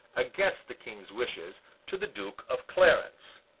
against the king's wishes, to the duke of clarence.